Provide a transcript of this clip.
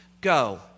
Go